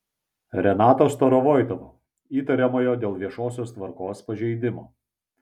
renato starovoitovo įtariamojo dėl viešosios tvarkos pažeidimo